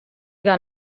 got